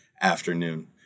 afternoon